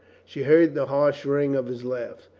she heard the harsh ring of his laugh.